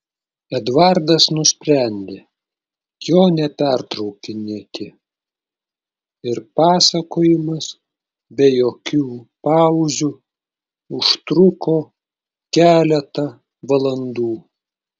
eduardas nusprendė jo nepertraukinėti ir pasakojimas be jokių pauzių užtruko keletą valandų